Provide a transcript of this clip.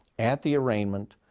at the arraignment,